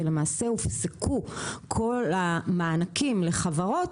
אז למעשה הופסקו כל המענקים לחברות,